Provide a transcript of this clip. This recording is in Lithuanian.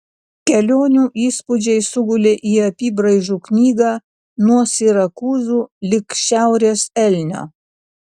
kelionių įspūdžiai sugulė į apybraižų knygą nuo sirakūzų lig šiaurės elnio